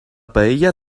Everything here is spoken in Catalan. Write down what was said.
paella